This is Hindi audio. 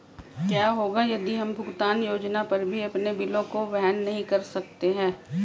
क्या होगा यदि हम भुगतान योजना पर भी अपने बिलों को वहन नहीं कर सकते हैं?